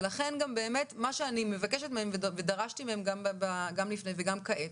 ולכן גם באמת מה שאני מבקשת מהם ודרשתי מהם גם לפני וגם כעת